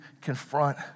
confront